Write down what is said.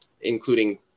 including